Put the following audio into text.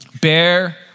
Bear